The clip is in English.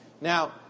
Now